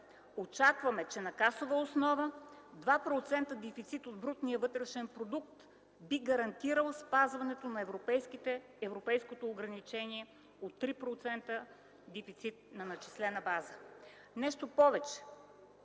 очакваме, че на касова основа 2% дефицит от брутния вътрешен продукт би гарантирал спазването на европейското ограничение от 3% дефицит на начислена база. Нещо повече.